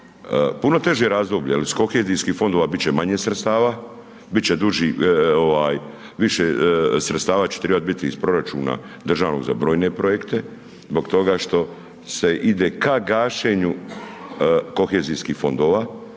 puno teže razdoblje, jel iz kohezijskih fondova bit će manje sredstava, bit će duži ovaj više sredstava će tribat biti iz proračuna državnoga za brojne projekte zbog toga što se ide ka gašenju kohezijskih fondova,